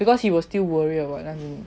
because he will still worry about it right